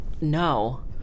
no